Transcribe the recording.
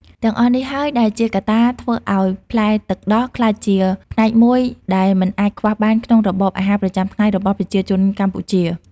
ទាំងអស់នេះហើយដែលជាកត្តាធ្វើឲ្យផ្លែទឹកដោះក្លាយជាផ្នែកមួយដែលមិនអាចខ្វះបានក្នុងរបបអាហារប្រចាំថ្ងៃរបស់ប្រជាជនកម្ពុជា។